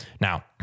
Now